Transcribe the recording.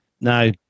Now